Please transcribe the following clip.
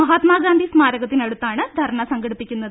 മഹാത്മാഗാന്ധി സ്മാര കത്തിനടുത്താണ് ധർണ സംഘടിപ്പിക്കുന്നത്